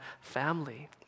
family